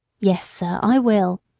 yes, sir, i will.